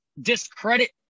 discredit